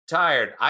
tired